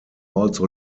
also